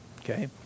Okay